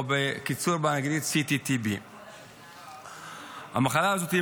או בקיצור באנגלית CTTP. המחלה הזאת היא